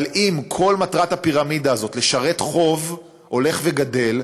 אבל אם כל מטרת הפירמידה הזאת היא לשרת חוב הולך וגדֵל,